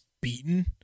beaten